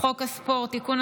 הספורט (תיקון,